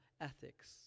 ethics